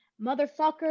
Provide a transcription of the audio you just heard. motherfucker